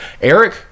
Eric